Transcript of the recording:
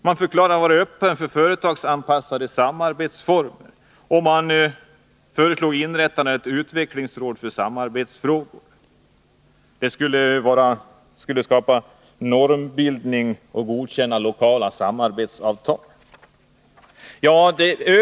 SAF förklarade sig vara öppen för företagsanpassade samarbetsformer och föreslog inrättande av ett ”utvecklingsråd för samarbetsfrågor”. Rådet skulle vara normskapande och godkänna lokala samarbetsavtal.